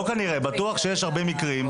בטוח שיש הרבה מקרים,